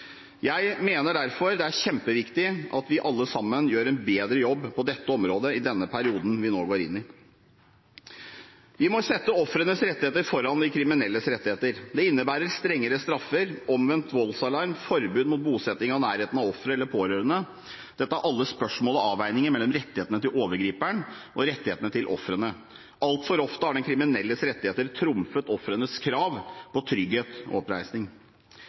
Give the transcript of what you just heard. Jeg mener derfor det er kjempeviktig at vi alle sammen gjør en bedre jobb på dette området i den perioden vi nå går inn i. Vi må sette ofrenes rettigheter foran de kriminelles rettigheter. Det innebærer strengere straffer, omvendt voldsalarm, forbud mot bosetting i nærheten av ofre eller pårørende. Dette er alle spørsmål om avveininger mellom rettighetene til overgriperen og rettighetene til ofrene. Altfor ofte har den kriminelles rettigheter trumfet ofrenes krav på trygghet og oppreisning.